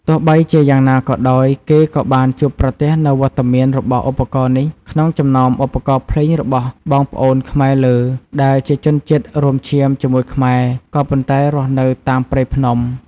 ទោះបីជាយ៉ាងណាក៏ដោយ គេក៏បានជួបប្រទះនូវវត្តមានរបស់ឧបករណ៍នេះ ក្នុងចំណោមឧបករណ៍ភ្លេងរបស់បងប្អូនខ្មែរលើ ដែលជាជនជាតិរួមឈាមជាមួយខ្មែរ ក៏ប៉ុន្តែរស់នៅតាមព្រៃភ្នំ។